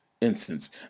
instance